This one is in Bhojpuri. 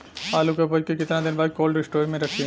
आलू के उपज के कितना दिन बाद कोल्ड स्टोरेज मे रखी?